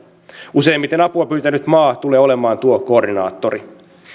useimmiten apua pyytänyt maa tulee olemaan tuo koordinaattori